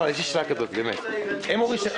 היא אומרת שיש.